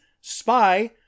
Spy